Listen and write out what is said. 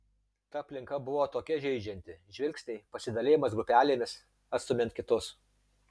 ta aplinka buvo tokia žeidžianti žvilgsniai pasidalijimas grupelėmis atstumiant kitus